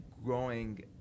Growing